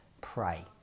pray